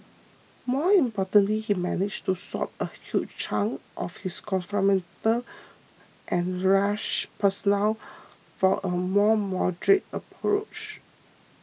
more importantly he managed to swap a huge chunk of his confrontational and rash persona for a more moderate approach